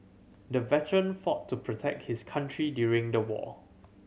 the veteran fought to protect his country during the war